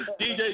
DJ